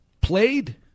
played